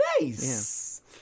Nice